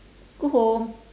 go home